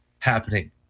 Happening